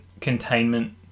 containment